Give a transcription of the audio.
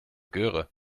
göre